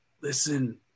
Listen